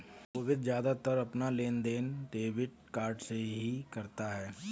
सोभित ज्यादातर अपना लेनदेन डेबिट कार्ड से ही करता है